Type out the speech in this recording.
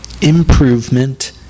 Improvement